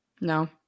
No